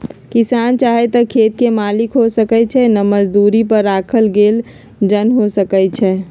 किसान चाहे त खेत के मालिक हो सकै छइ न त मजदुरी पर राखल गेल जन हो सकै छइ